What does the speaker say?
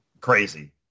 Crazy